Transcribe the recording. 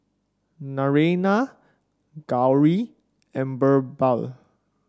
Naraina Gauri and BirbaL